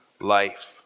life